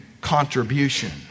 contribution